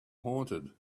haunted